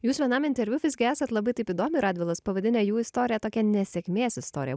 jūs vienam interviu visgi esat labai taip įdomiai radvilas pavadinę jų istoriją tokia nesėkmės istorija